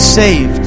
saved